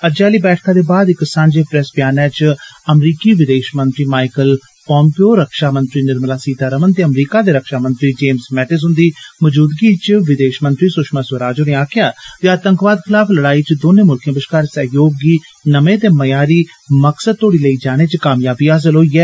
अज्जै आली बैठका दे बाद इक सांझे प्रेस ब्यानै च अमरीकी विदेश मंत्री माइकल पाम्पियो रक्षामंत्री निर्मला सीतारमण ते अमरीका दे रक्षा मंत्री जेम्स मैटिस हुन्दी मजूदगी च विदेशमंत्री सुषमा स्वराज होरें आक्खेआ आतंकवाद खलाफ लड़ाई च दोने मुल्खे बश्कार सहयोग गी नमें ते मयारी मकसद तोड़ी लेई जाने च कामयाबी हासल होई ऐ